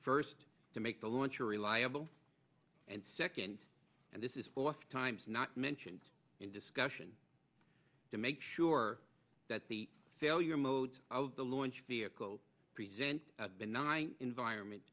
first to make the launcher reliable and second and this is four times not mentioned in discussion to make sure that the failure mode of the launch vehicle present benign environment